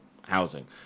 housing